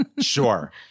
Sure